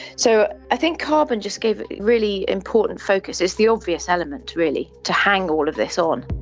so i think carbon just gives a really important focus, it's the obvious element really to hang all of this on.